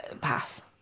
Pass